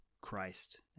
Christ